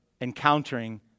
encountering